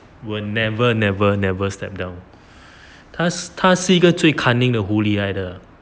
will never never never step down 他是一个最 cunning 的狐狸来的